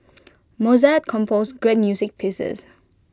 Mozart composed great music pieces